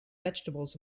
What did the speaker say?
vegetables